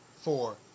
four